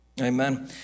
Amen